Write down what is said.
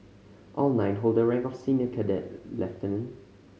all nine hold the rank of senior cadet lieutenant